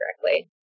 correctly